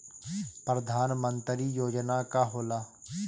परधान मंतरी योजना का होला?